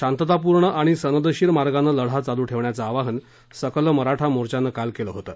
शांततापूर्ण आणि सनदशीर मार्गानं लढा चालू ठेवण्याचं आवाहन सकल मराठा मोर्चाने काल केलं होतं